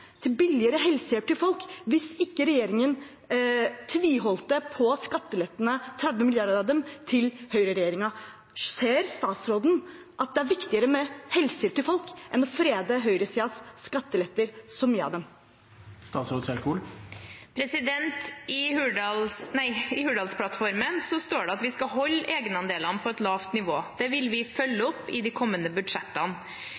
billigere helsehjelp for folk hvis de ikke hadde tviholdt på skatteletter – 30 mrd. kr av dem – fra høyreregjeringen. Ser statsråden at det er viktigere med helsehjelp til folk enn å frede så mye av høyresidens skattelettelser? I Hurdalsplattformen står det at vi skal holde egenandelene på et lavt nivå. Det vil vi følge